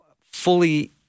fully